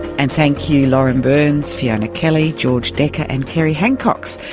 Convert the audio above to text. and thank you lauren burns, fiona kelly, george deka and kerrie hancox.